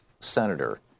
senator